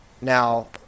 Now